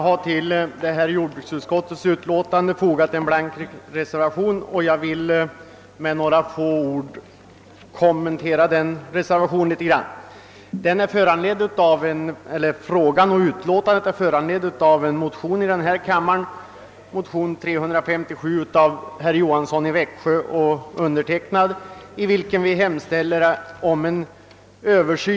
Herr talman! Jag har till detta utlåtande fogat en blank reservation, och jag vill kommentera den med några få ord.